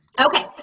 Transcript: Okay